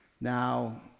Now